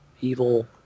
evil